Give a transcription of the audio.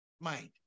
mind